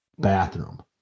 bathroom